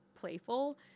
Playful